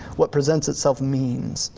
what presents itself means.